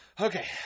Okay